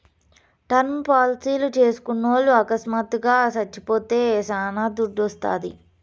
term పాలసీలు చేస్కున్నోల్లు అకస్మాత్తుగా సచ్చిపోతే శానా దుడ్డోస్తాది